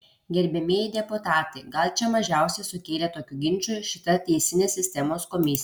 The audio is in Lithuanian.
gerbiamieji deputatai gal čia mažiausiai sukėlė tokių ginčų šita teisinės sistemos komisija